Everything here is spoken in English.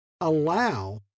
allow